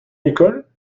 l’école